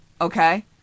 Okay